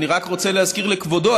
אני רק רוצה להזכיר לכבודו,